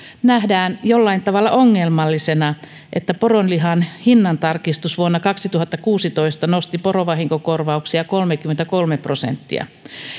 nähdään jollain tavalla ongelmallisena että poronlihan hinnantarkistus vuonna kaksituhattakuusitoista nosti porovahinkokorvauksia kolmekymmentäkolme prosenttia